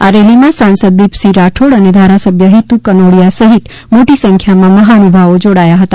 આ રેલીમાં સાંસદ દિપસિંહ રાઠોડ અને ધારાસભ્ય હિતુ કનોડિથા સહિત મોટી સંખ્યામાં મહાનુભાવો જોડાયા હતા